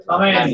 Amen